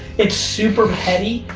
it's super heady,